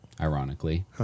ironically